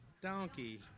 donkey